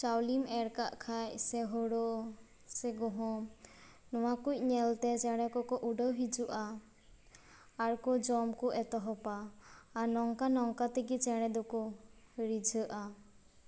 ᱪᱟᱣᱞᱮᱢ ᱮᱨ ᱠᱟᱜ ᱠᱷᱟᱡ ᱥᱮ ᱦᱳᱲᱳ ᱥᱮ ᱜᱳᱦᱳᱢ ᱱᱚᱣᱟ ᱠᱩᱡ ᱧᱮᱞᱛᱮ ᱪᱮᱬᱮ ᱠᱚ ᱠᱚ ᱩᱰᱟᱹᱣ ᱦᱤᱡᱩᱜᱼᱟ ᱟᱨᱠᱚ ᱡᱚᱢ ᱠᱚ ᱮᱛᱚᱦᱚᱵᱟ ᱟᱨ ᱱᱚᱝᱠᱟ ᱱᱚᱝᱠᱟ ᱛᱮᱜᱮ ᱪᱮᱬᱮ ᱫᱚᱠᱚ ᱨᱤᱡᱷᱟᱹᱜᱼᱟ